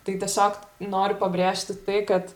tai tiesiog noriu pabrėžti tai kad